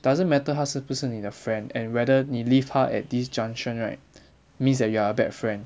doesn't matter 他是不是你的 friend and whether 你 leave 他 at this junction right means that you are bad friend